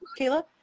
Kayla